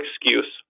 excuse